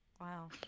Wow